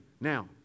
Now